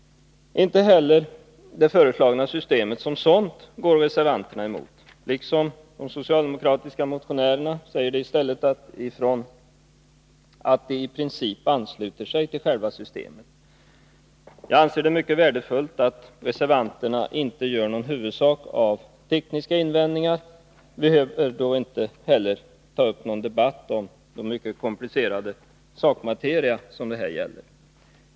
Inte heller det föreslagna systemet som sådant går reservanterna emot. Liksom de socialdemokratiska motionärerna säger de i stället ifrån att de i princip ansluter sig till själva systemet. Jag anser det vara mycket värdefullt att reservanterna inte gör någon huvudsak av tekniska invändningar. Vi behöver då inte ta upp någon debatt om den mycket komplicerade sakmateria som det här gäller.